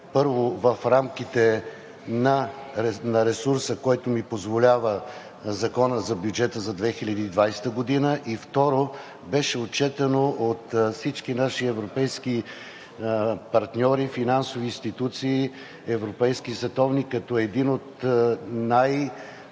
първо, в рамките на ресурса, който ми позволява Законът за бюджета за 2020 г., и, второ, беше отчетено от всички наши европейски партньори и финансови институции – европейски и световни, като един от